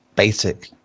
basic